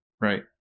right